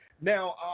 Now